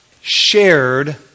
shared